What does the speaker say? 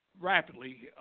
rapidly